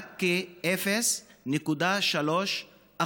רק כ-0.3%.